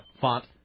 font